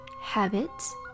habits